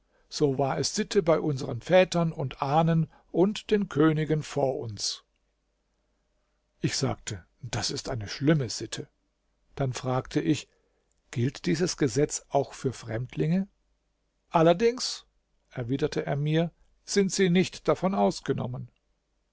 so war es sitte bei unsern vätern und ahnen und den königen vor uns ich sagte das ist eine schlimme sitte dann fragte ich gilt dieses gesetz auch für fremdlinge allerdings erwiderte er mir sind sie nicht davon ausgenommen